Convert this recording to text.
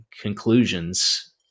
conclusions